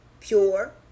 pure